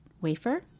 wafer